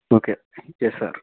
okay yes sir